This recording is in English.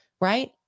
right